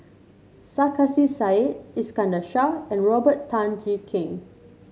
Sarkasi Said Iskandar Shah and Robert Tan Jee Keng